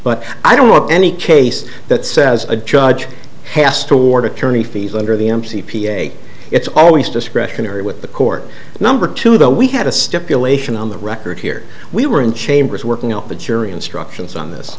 but i don't want any case that says a judge has toward attorney fees under the m c p a it's always discretionary with the court number two though we had a stipulation on the record here we were in chambers working out the jury instructions on this